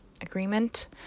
agreement